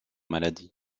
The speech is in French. maladies